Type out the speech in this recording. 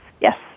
Yes